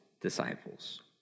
disciples